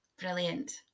brilliant